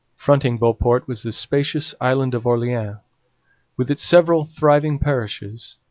fronting beauport was the spacious island of orleans with its several thriving parishes,